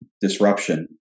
disruption